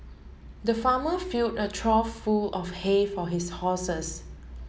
the farmer fill a trough full of hay for his horses